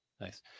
nice